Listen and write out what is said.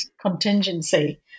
contingency